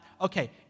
okay